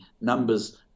numbers